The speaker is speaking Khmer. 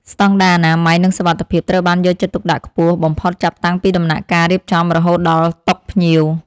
ស្តង់ដារអនាម័យនិងសុវត្ថិភាពត្រូវបានយកចិត្តទុកដាក់ខ្ពស់បំផុតចាប់តាំងពីដំណាក់កាលរៀបចំរហូតដល់តុភ្ញៀវ។